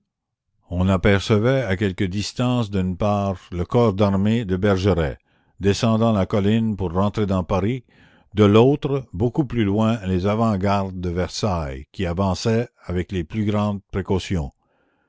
on apercevait à quelque distance d'une part le corps d'armée de bergeret descendant la colline pour rentrer dans paris de l'autre beaucoup plus loin les avant-gardes de versailles qui avançaient avec les plus grandes précautions